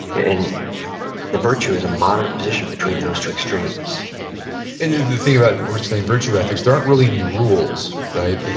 and the virtue is a moderate position between those two extremes and the thing about aristotelian virtue ethics, there aren't really any rules, right? yeah